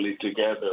together